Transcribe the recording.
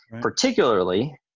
particularly